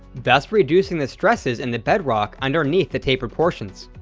thus reducing the stresses in the bedrock underneath the tapered portions.